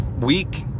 week